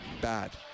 bad